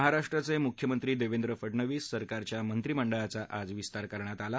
महाराष्ट्राचे मुख्यमंत्री देवेंद्र फडणवीस सरकारच्या मंत्रीमंडळाचा आज विस्तार करण्यात आला